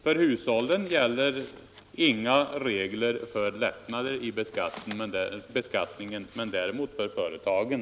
För hushållen gäller inga regler om lättnader i beskattningen, men så är däremot fallet för företagen.